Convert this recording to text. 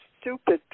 stupid